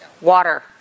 Water